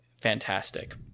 Fantastic